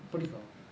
புடிக்கும்:pudikkum